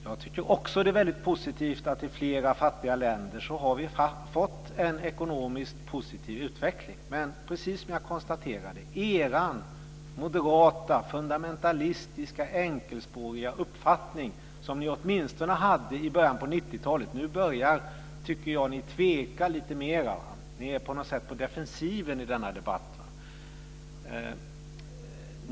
Jag tycker också att det är väldigt positivt att vi i flera fattiga länder har fått en positiv ekonomisk utveckling, men precis som jag konstaterade är den moderata fundamentalistiska enkelspåriga uppfattning som ni åtminstone hade i början på 90-talet på väg bort. Nu börjar ni, tycker jag, tveka lite mera. Ni är på något sätt på defensiven i denna debatt.